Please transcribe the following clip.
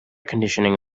conditioning